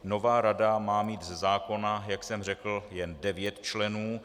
Nová rada má mít ze zákona, jak jsem řekl, jen devět členů.